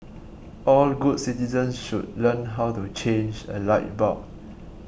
all good citizens should learn how to change a light bulb